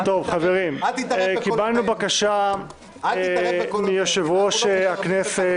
קיבלנו בקשה מיושב-ראש הכנסת,